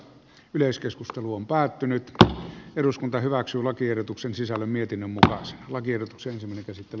yleiskeskusteluun päätynyt dl eduskunta hyväksyi lakiehdotuksen sisällön mietinnön mukaan lakiehdotuksen se mikä sitten